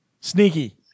Sneaky